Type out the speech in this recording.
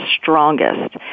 strongest